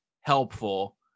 helpful